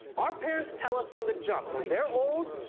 our parents tell us from the jump, when they're old,